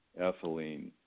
ethylene